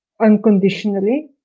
unconditionally